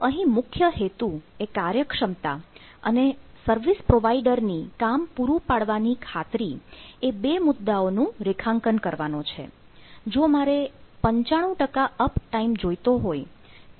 તો અહીં મુખ્ય હેતુ એ કાર્યક્ષમતા અને સર્વિસ પ્રોવાઇડર ની કામ પૂરું પાડવાની ખાતરી એ બે મુદ્દાઓ નું રેખાંકન કરવાનો છે